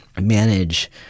manage